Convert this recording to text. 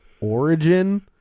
origin